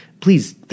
please